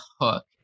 hook